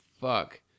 fuck